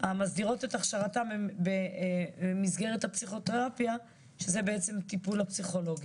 המסדירות את הכשרתם במסגרת הפסיכותרפיה שזה בעצם הטיפול הפסיכולוגי.